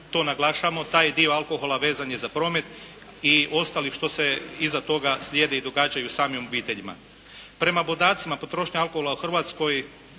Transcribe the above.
to naglašavamo. Taj dio alkohola vezan je za promet i ostali što se iza toga slijedi i događaju u samim obiteljima. Prema podacima potrošnje alkohola u Hrvatskoj